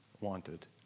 wanted